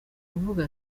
kuvuga